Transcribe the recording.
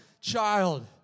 child